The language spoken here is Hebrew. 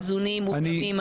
איזונים ובלמים.